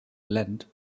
lent